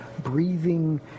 breathing